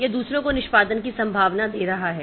यह दूसरों को निष्पादन की संभावना दे रहा है